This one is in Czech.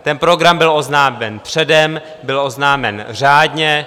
Ten program byl oznámen předem, byl oznámen řádně.